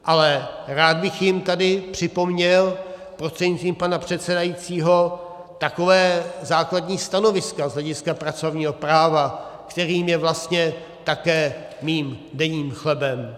Ale rád bych jim tady připomněl prostřednictvím pana předsedajícího takové základní stanovisko z hlediska pracovního práva, které je vlastně také mým denním chlebem.